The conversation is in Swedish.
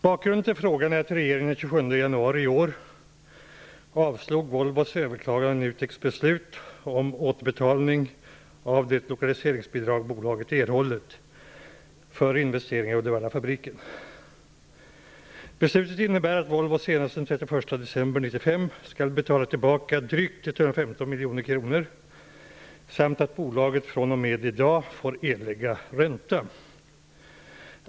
Bakgrunden till frågan är att regeringen den 27 skall betala tillbaka drygt 115 miljoner kronor samt att bolaget fr.o.m. i dag får erlägga ränta.